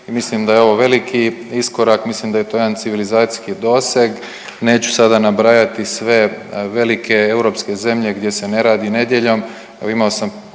mislim da je ovo veliki iskorak. Mislim da je to jedan civilizacijski doseg. Neću sada nabrajati sve velike europske zemlje gdje se ne radi nedjeljom,